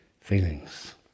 feelings